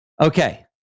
Okay